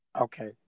okay